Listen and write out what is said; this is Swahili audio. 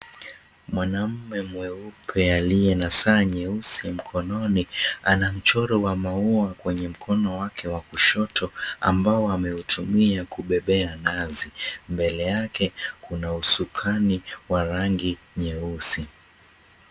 Mwanamume mweupe aliye na saa nyeusi mkononi, ana mchoro wa maua kwenye mkono wake wa kushoto ambao ameutumia kubebea nazi. Mbele yake, kuna usukani wa rangi nyeusi.